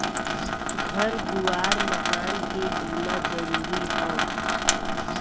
घर दुआर मकान के बीमा जरूरी हौ